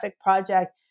project